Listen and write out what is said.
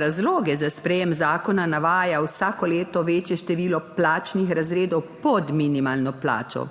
razloge za sprejem zakona navaja vsako leto večje število plačnih razredov pod minimalno plačo,